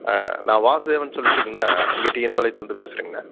ஆ நான் வாசுதேவன்னு சொல்லிட்டுங்கண்ணா இங்கே டிஎன் பாளையத்துலேருந்து பேசுகிறங்கண்ணா